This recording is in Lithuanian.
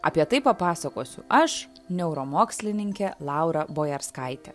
apie tai papasakosiu aš neuromokslininkė laura bojarskaitė